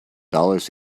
dollars